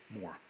more